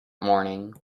morning